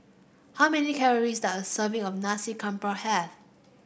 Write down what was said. how many calories does serving of Nasi Campur have